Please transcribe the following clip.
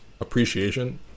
appreciation